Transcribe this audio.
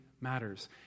matters